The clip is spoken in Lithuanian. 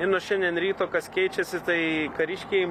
nuo šiandien ryto kas keičiasi tai kariškiai